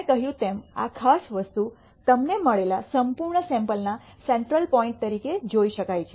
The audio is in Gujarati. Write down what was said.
મેં કહ્યું તેમ આ ખાસ વસ્તુ તમને મળેલા સંપૂર્ણ સૈમ્પલના સેન્ટ્રલ પોઇન્ટ તરીકે જોઈ શકાય છે